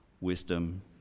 wisdom